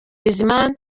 bizimana